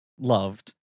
loved